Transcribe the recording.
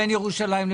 אליהו נאוי,